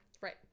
Right